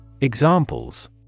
Examples